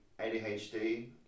ADHD